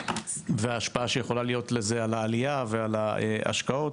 וההשפעה שיכולה להיות לזה על העלייה ועל השקעות.